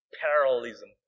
parallelism